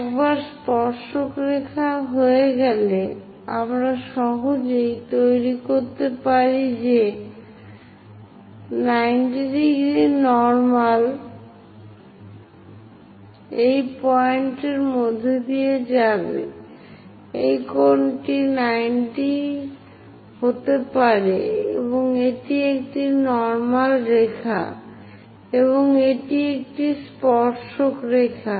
একবার স্পর্শক রেখা হয়ে গেলে আমরা সহজেই তৈরি করতে পারি যে 90০ নর্মাল এই পয়েন্টের মধ্যে দিয়ে যাবে এই কোণটি 90 হতে পারে এবং এটি একটি নর্মাল রেখা এবং এটি একটি স্পর্শক রেখা